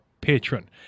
patron